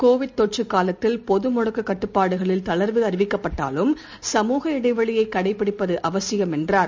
corona காலத்தில் பொது முடக்க கட்டுப்பாடுகளில் தளர்வு அறிவிக்கப்பட்டாலும் சமுக இடைவெளியைக் கடைபிடிப்பது அவசியம் என்றார்